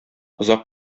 озак